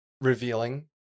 revealing